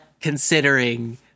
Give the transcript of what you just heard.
considering